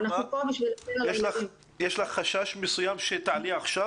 יש לך חשש מסוים שאת רוצה להעלות עכשיו